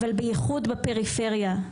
אבל בייחוד בפריפריה.